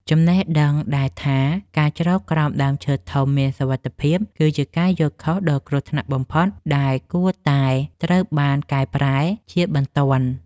ចំណេះដឹងដែលថាការជ្រកក្រោមដើមឈើធំមានសុវត្ថិភាពគឺជាការយល់ខុសដ៏គ្រោះថ្នាក់បំផុតដែលគួរតែត្រូវបានកែប្រែជាបន្ទាន់។